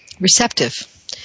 receptive